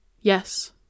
yes